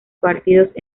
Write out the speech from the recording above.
partidos